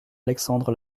alexandre